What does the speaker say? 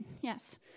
Yes